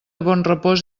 bonrepòs